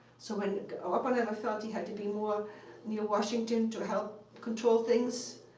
so when oppenheimer felt he had to be more near washington to help control things,